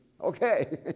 Okay